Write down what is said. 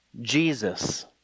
Jesus